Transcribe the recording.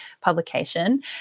publication